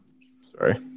sorry